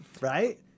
right